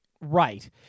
Right